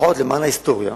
לפחות למען ההיסטוריה